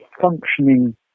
functioning